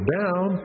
down